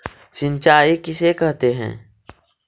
सिंचाई किसे कहते हैं?